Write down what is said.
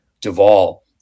Duvall